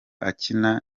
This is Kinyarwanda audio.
akina